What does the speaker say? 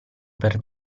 per